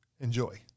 Enjoy